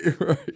right